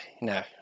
No